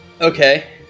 Okay